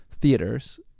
theaters